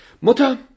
Mutter